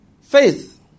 Faith